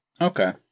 Okay